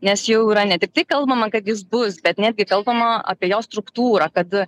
nes jau yra ne tiktai kalbama kad jis bus bet netgi kalbama apie jo struktūrą kad